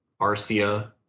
Arcia